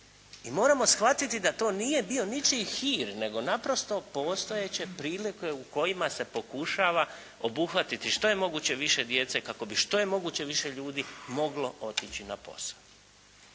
i moramo shvatiti da to nije bio ničiji hir, nego naprosto postojeće prilike u kojima se pokušava obuhvatiti što je moguće više djece kako bi što je moguće više ljudi moglo otići na posao.